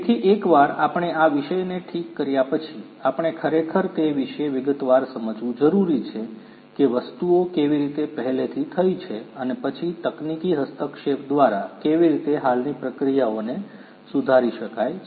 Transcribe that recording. તેથી એકવાર આપણે આ વિષયને ઠીક કર્યા પછી આપણે ખરેખર તે વિશે વિગતવાર સમજવું જરૂરી છે કે વસ્તુઓ કેવી રીતે પહેલેથી થઈ છે અને પછી તકનીકી હસ્તક્ષેપ દ્વારા કેવી રીતે હાલની પ્રક્રિયાઓને સુધારી શકાય છે